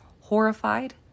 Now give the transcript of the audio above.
Horrified